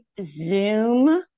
Zoom